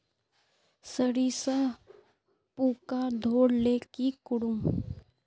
सरिसा पूका धोर ले की करूम?